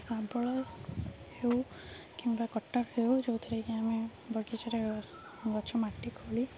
ଶାବଳ ହେଉ କିମ୍ବା କଟାକ ହେଉ ଯେଉଁଥିରେ କିି ଆମେ ବଗିଚାରେ ଗଛ ମାଟି ଖୋଳି